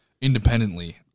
independently